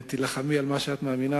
תילחמי על מה שאת מאמינה,